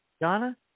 Donna